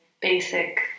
basic